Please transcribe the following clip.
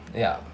ya